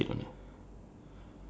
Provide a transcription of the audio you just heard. blonde blonde hair